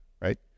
right